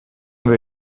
edo